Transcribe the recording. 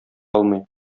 алмый